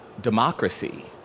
democracy